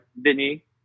Vinny